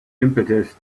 impetus